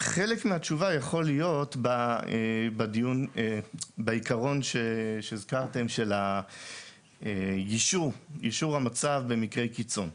חלק מהתשובה יכול להיות בעיקרון שהזכרתם של יישור המצב במקרי קיצון.